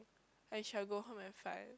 I shall go home and find